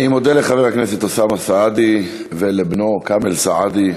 אני מודה לחבר הכנסת אוסאמה סעדי ולבנו כאמל סעדי,